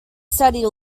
study